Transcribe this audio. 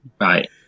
Right